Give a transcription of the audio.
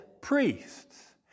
priests